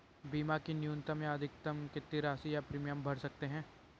बीमा की न्यूनतम या अधिकतम कितनी राशि या प्रीमियम भर सकते हैं?